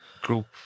Group